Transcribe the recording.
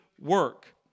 work